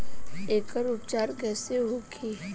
एकर उपचार कईसे होखे?